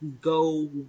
go